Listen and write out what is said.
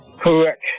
Correct